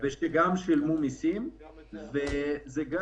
זה גם